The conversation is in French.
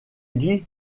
dit